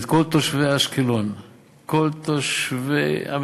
את כל תושבי אשקלון,